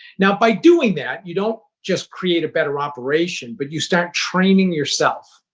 now, by doing that, you don't just create a better operation but you start training yourself.